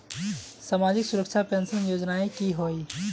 सामाजिक सुरक्षा पेंशन योजनाएँ की होय?